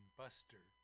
buster